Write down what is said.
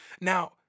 now